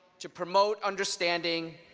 to promote understanding,